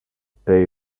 pay